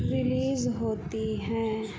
release ہوتی ہیں